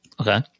Okay